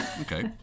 Okay